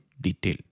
detail